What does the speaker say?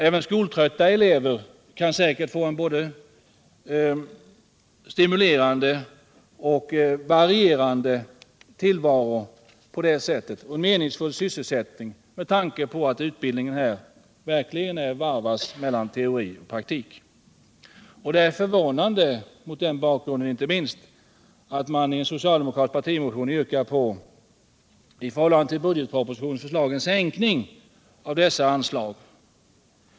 Även skoltrötta elever kan härigenom säkerligen få en varierande, stimulerande och meningsfull sysselsättning i sådan utbildning, som innehåller både teori och praktik. Inte minst mot denna bakgrund är det förvånande att man i en socialdemokratisk partimotion yrkar på en sänkning i förhållande till budgetpropositionens förslag av anslaget till lärlingsutbildningen.